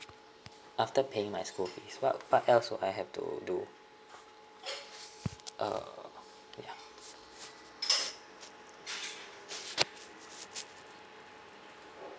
after paying my school fees what what else do I have to do uh